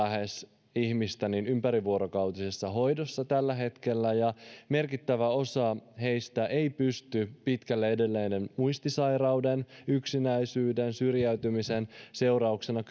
lähes viisikymmentätuhatta ihmistä ympärivuorokautisessa hoidossa tällä hetkellä ja merkittävä osa heistä ei pysty pitkälle edenneen muistisairauden yksinäisyyden tai syrjäytymisen seurauksena